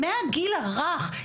מהגיל הרך,